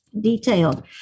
detailed